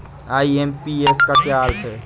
IMPS का क्या अर्थ है?